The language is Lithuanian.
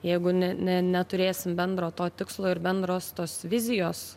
jeigu ne ne neturėsim bendro to tikslo ir bendros tos vizijos